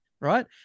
Right